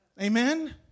amen